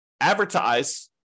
advertise